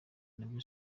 nabyo